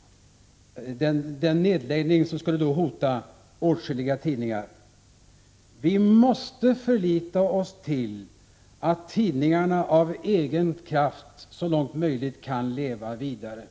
— att åtskilliga tidningar skulle hotas av nedläggning. Vi måste lita till att tidningarna av egen kraft så långt möjligt kan leva vidare.